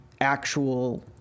actual